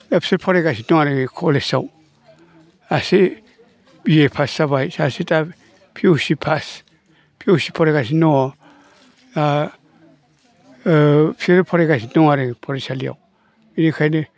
दा बिसोरो फरायगासिनो दङ आरो कलेजाव सासे बिए पास जाबाय सासे दाबो पिइउसि पास पिइउसि फरायगासिनो दङ दा बिसोरो फरायगासिनो दङ आरो फरायसालियाव इनिखायनो